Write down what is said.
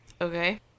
Okay